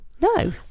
No